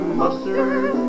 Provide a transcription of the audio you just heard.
mustard